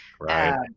Right